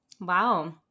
Wow